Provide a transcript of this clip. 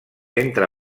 entre